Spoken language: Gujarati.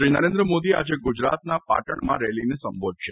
શ્રી નરેન્દ્ર મોદી આજે ગુજરાતના પાટણમાં રેલીને સંબોધશે